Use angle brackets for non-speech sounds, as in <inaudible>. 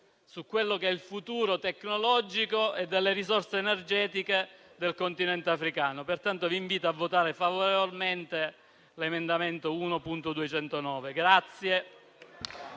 su quello che è il futuro tecnologico e delle risorse energetiche del Continente africano. Pertanto vi invito a votare a favore dell'emendamento. <applause>